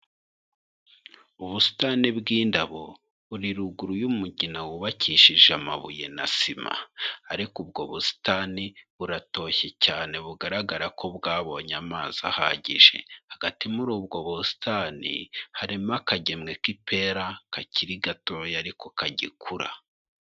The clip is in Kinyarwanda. Ubusitani bw'indabo buri ruguru y'umugina, wubakishije amabuye na sima. Ariko ubwo busitani buratoshye cyane, bugaragara ko bwabonye amazi ahagije. Hagati muri ubwo busitani harimo akagemwe k'ipera kakiri gato, ariko kagikura.